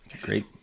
Great